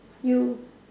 you